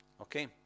Okay